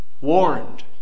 Warned